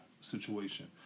situation